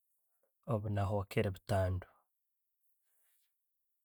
Obunahokere butandwe